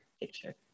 picture